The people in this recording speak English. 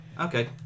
okay